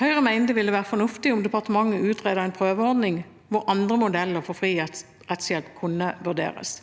Høyre mener det ville være fornuftig om departementet utredet en prøveordning hvor andre modeller for fri rettshjelp kunne vurderes.